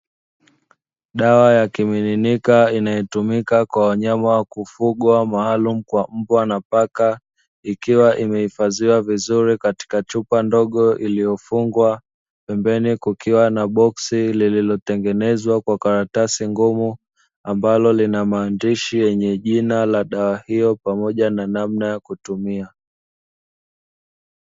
Dawa ya kimiminika inayotumika kwa wanyama kufugwa maalum kwa mbwa na mpaka ikiwa imehifadhiwa vizuri katika chupa ndogo iliyofungwa . Pembeni kukiwa na boksi lililotengenezwa kwa karatasi ngumu ambalo lina maandishi yenye jina la dar hiyo pamoja na namna ya kutumia.